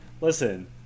listen